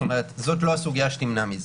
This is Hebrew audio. זאת לא הסוגיה שתמנע את זה.